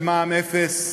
של מע"מ אפס,